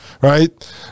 right